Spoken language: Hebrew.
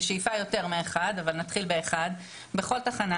בשאיפה יותר מאחד אבל נתחיל באחד בכל תחנה,